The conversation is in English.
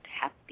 happy